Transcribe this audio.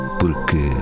porque